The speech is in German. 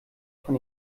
von